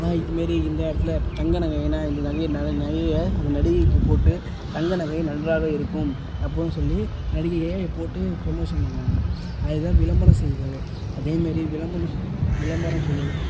இதுமாரி இந்த இடத்துல இப்போ தங்க நகையினால் இந்த நகையை ந நகையை அந்த நடிகைக்கு போட்டு தங்க நகை நன்றாக இருக்கும் அப்புடின்னு சொல்லி நடிகையை போட்டு ப்ரொமோஷன் பண்ணுவாங்க அதுதான் விளம்பரம் செய்வர் அதேமாரி விளம்பரம் விளம்பரம் செய்யும்